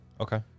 Okay